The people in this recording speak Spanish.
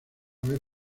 vez